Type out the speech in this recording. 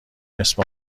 نصف